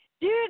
Dude